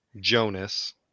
Jonas